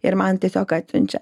ir man tiesiog atsiunčia